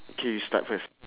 okay you start first